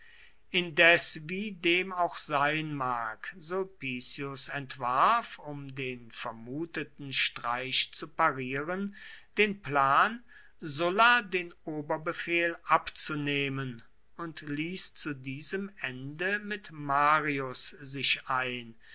indes wie dem auch sein mag sulpicius entwarf um den vermuteten streich zu parieren den plan sulla den oberbefehl abzunehmen und ließ zu diesem ende mit marius sich ein